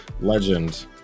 legend